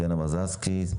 מזרסקי,